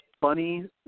funny